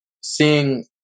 seeing